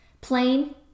Plain